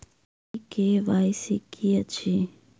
ई KYC की अछि?